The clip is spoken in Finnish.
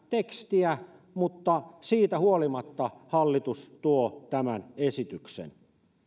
tekstiä mutta siitä huolimatta hallitus tuo tämän esityksen